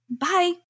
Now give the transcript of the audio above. Bye